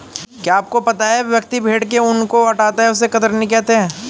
क्या आपको पता है व्यक्ति भेड़ के ऊन को हटाता है उसे कतरनी कहते है?